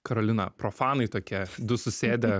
karolina profanai tokie du susėdę